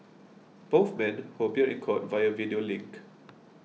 both men who appeared in court via video link